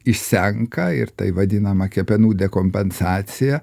išsenka ir tai vadinama kepenų dekompensacija